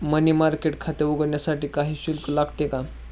मनी market खाते उघडण्यासाठी काही शुल्क लागतो का?